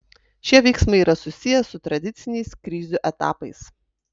šie veiksmai yra susiję su tradiciniais krizių etapais